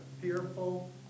fearful